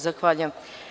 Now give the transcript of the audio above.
Zahvaljujem.